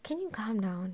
can you come down